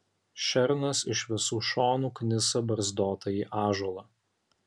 šernas iš visų šonų knisa barzdotąjį ąžuolą